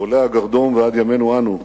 מעולי הגרדום ועד ימינו אנו,